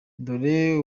dore